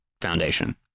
foundation